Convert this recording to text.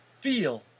feel